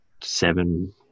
seven